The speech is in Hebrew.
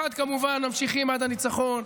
אחד, כמובן, ממשיכים עד הניצחון.